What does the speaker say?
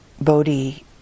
Bodhi